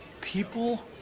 People